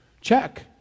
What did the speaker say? Check